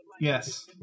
Yes